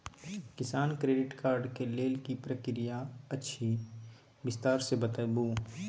किसान credit card के लेल की प्रक्रिया अछि विस्तार से बताबू?